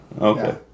okay